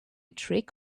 trick